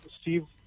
Steve